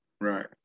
Right